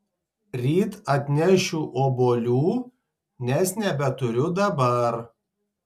ryt atnešiu obuolių nes nebeturiu dabar